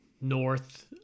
North